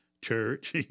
church